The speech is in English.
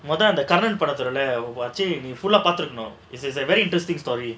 மொத இந்த கர்ணன் படத்தோட:motha indha karnan padathoda it's it's a very interesting story